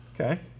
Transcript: Okay